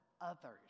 others